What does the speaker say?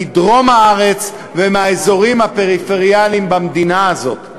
מדרום הארץ ומהאזורים הפריפריאליים במדינה הזאת.